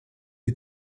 est